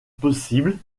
possibles